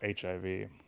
HIV